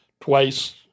twice